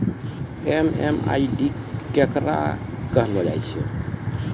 MMID केकरा कहलो जाय छै